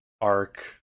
arc